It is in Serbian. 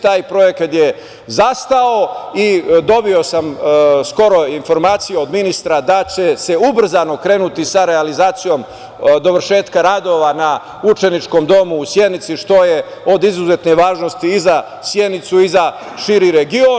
Taj projekat je zastao i dobio sam skoro informaciju od ministra da će se ubrzano krenuti sa realizacijom dovršetka radova na učeničkom domu u Sjenici, što je od izuzetne važnosti i za Sjenicu i za širi region.